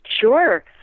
Sure